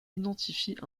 identifie